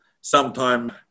sometime